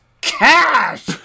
cash